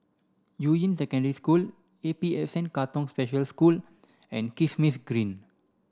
Yuying Secondary School A P S N Katong Special School and Kismis Green